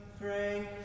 Frank